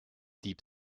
deep